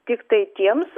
tiktai tiems